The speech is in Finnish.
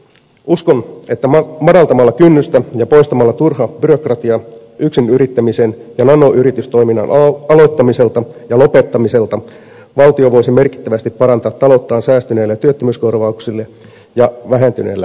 uskon että madaltamalla kynnystä ja poistamalla turha byrokratia yksinyrittämisen ja nanoyritystoiminnan aloittamiselta ja lopettamiselta valtio voisi merkittävästi parantaa talouttaan säästyneillä työttömyyskorvauksilla ja vähentyneellä harmaalla taloudella